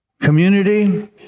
community